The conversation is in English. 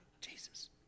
Jesus